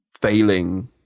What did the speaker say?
failing